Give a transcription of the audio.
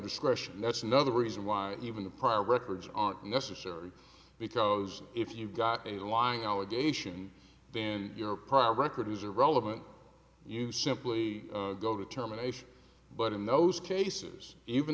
discretion that's another reason why even the prior records aren't necessary because if you've got a lying allegation then your prior record is irrelevant you simply go to terminations but in those cases even